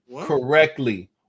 correctly